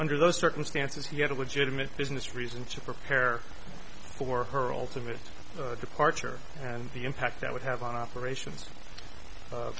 nder those circumstances he had a legitimate business reason to prepare for her ultimate departure and the impact that would have on operations